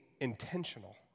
intentional